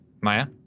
maya